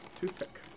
toothpick